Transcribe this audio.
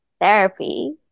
Therapy